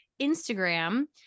Instagram